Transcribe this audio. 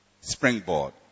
Springboard